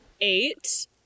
eight